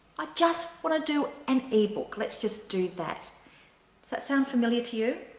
i just want to do an ebook let's just do that. does that sound familiar to you?